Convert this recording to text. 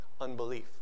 Unbelief